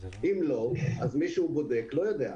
אם לא מי שבודק לא יודע.